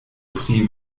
pri